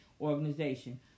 organization